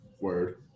Word